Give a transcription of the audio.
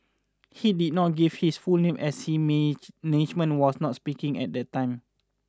he did not give his full name as his management was not speaking at the time